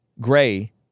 Gray